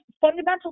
fundamental